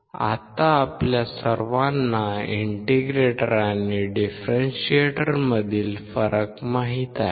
आता आपल्या सर्वांना इंटिग्रेटर आणि डिफरेंशिएटरमधील फरक माहित आहे